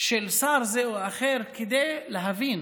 של שר זה או אחר כדי להבין